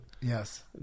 yes